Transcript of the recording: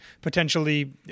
potentially